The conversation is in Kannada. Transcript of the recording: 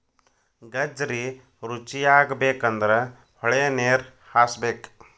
ಗಜ್ರಿ ರುಚಿಯಾಗಬೇಕಂದ್ರ ಹೊಳಿನೇರ ಹಾಸಬೇಕ